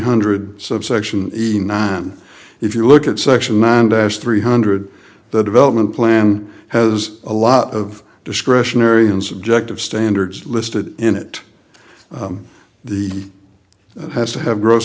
hundred subsection the nine if you look at section mandates three hundred the development plan has a lot of discretionary and subjective standards listed in it the has to have gross